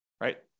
right